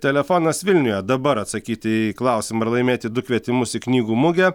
telefonas vilniuje dabar atsakyti į klausimą ir laimėti du kvietimus į knygų mugę